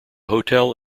hotel